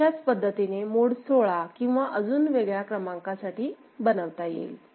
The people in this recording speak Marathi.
अशाच पद्धतीने मोड 16 किंवा अजून वेगळ्या क्रमांकासाठी बनवता येईल